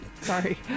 Sorry